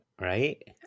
Right